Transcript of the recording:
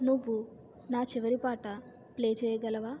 నువ్వు నా చివరి పాట ప్లే చెయ్యగలవా